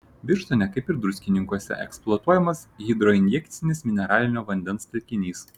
birštone kaip ir druskininkuose eksploatuojamas hidroinjekcinis mineralinio vandens telkinys